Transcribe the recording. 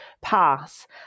pass